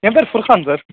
ஏன் பேர் ஃபுர்ஃபான் சார்